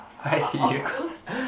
of course